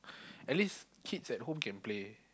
at least kids at home can play